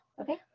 Okay